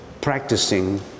practicing